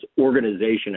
organization